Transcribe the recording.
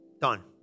done